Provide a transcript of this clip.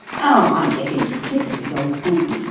oh, i'm getting sick of this old fool,